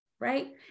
right